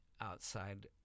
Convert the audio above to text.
outside